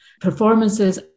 performances